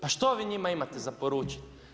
Pa što vi njima imate za poručiti?